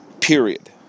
period